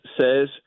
says